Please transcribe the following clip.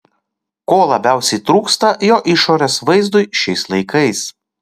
ko labiausiai trūksta jo išorės vaizdui šiais laikais